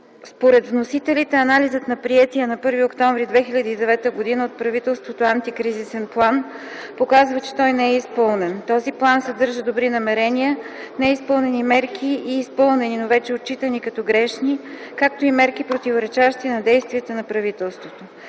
Според вносителите анализът на приетия на 1 октомври 2009 г. от правителството Антикризисен план показва, че той не е изпълнен. Този план съдържа добри намерения, неизпълнени мерки и изпълнени, но вече отчитани като грешни, както и мерки, противоречащи на действията на правителството.